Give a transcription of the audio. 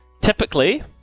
typically